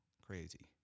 Crazy